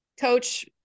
coach